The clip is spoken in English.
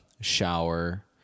shower